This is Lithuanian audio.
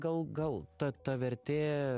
gal gal ta ta vertė